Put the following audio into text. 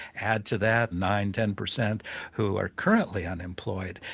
add to that nine ten percent who are currently unemployed,